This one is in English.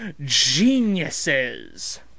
geniuses